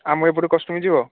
ଆମର ଏପଟୁ କଷ୍ଟ୍ୟୁମ୍ ଯିବ